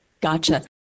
Gotcha